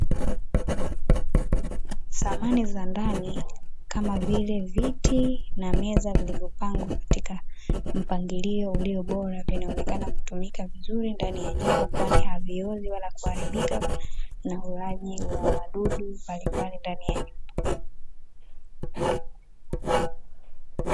Samani za ndani kama vile viti na meza, vilivyopangwa katika mpangilio ulio bora, vinaonekana kutumika vizuri ndani ya nyuma kwani haviozi wala kuharibika na ulaji wa wadudu mbalimbali ndani ya nyumba.